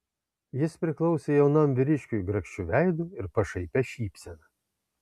jis priklausė jaunam vyriškiui grakščiu veidu ir pašaipia šypsena